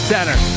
Center